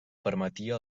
permetia